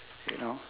you know